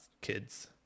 kids